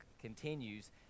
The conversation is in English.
continues